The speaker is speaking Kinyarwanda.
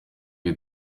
iyi